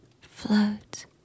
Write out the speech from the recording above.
float